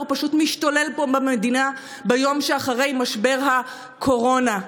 פשוט משתולל פה במדינה ביום שאחרי משבר הקורונה.